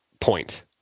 point